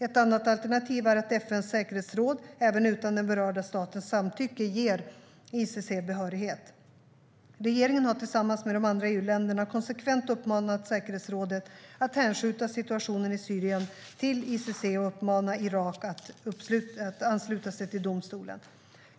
Ett annat alternativ är att FN:s säkerhetsråd, även utan den berörda statens samtycke, ger ICC behörighet. Regeringen har tillsammans med de andra EU-länderna konsekvent uppmanat säkerhetsrådet att hänskjuta situationen i Syrien till ICC och uppmanat Irak att ansluta sig till domstolen.